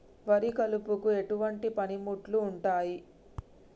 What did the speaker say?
వరి కలుపుకు ఎటువంటి పనిముట్లు ఉంటాయి?